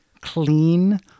clean